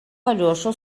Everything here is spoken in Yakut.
алеша